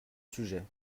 sujet